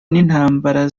n’intambara